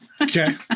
Okay